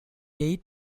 date